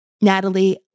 Natalie